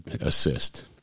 assist